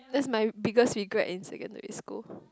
that's my biggest regret in secondary school